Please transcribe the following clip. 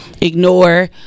ignore